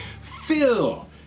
Phil